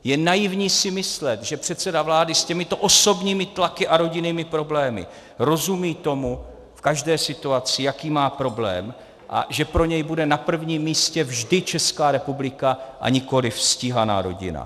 Je naivní si myslet, že předseda vlády s těmito osobními tlaky a rodinnými problémy rozumí tomu, v každé situaci, jaký má problém, a že pro něj bude na prvním místě vždy Česká republika a nikoliv stíhaná rodina.